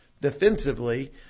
defensively